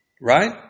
right